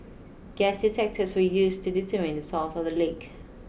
gas detectors were used to determine the source of the leak